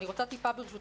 אני רוצה ברשותכם,